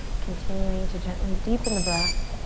continuing to gently deepen the breath.